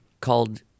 called